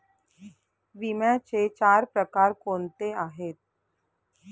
विम्याचे चार प्रकार कोणते आहेत?